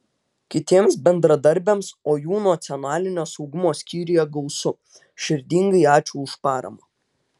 kitiems bendradarbiams o jų nacionalinio saugumo skyriuje gausu širdingai ačiū už paramą